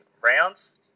rounds